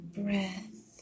breath